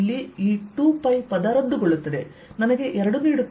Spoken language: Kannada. ಇಲ್ಲಿ ಈ 2π ರದ್ದುಗೊಳಿಸುತ್ತದೆ ನನಗೆ 2 ನೀಡುತ್ತದೆ